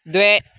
द्वे